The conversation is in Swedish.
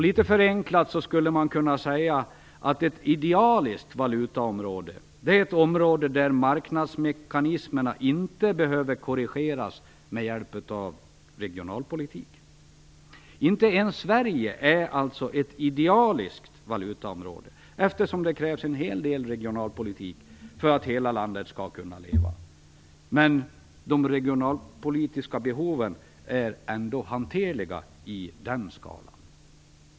Litet förenklat skulle man kunna säga att ett idealiskt valutaområde är ett område där marknadsmekanismerna inte behöver korrigeras med hjälp av regionalpolitiken. Inte ens Sverige är alltså ett idealiskt valutaområde, eftersom det krävs en hel del regionalpolitik för att hela landet skall kunna leva. De regionalpolitiska behoven är ändå hanterliga på den skalan.